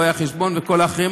רואי החשבון וכל האחרים,